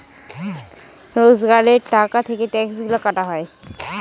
রোজগারের টাকা থেকে ট্যাক্সগুলা কাটা হয়